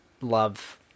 Love